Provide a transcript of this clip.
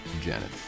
janet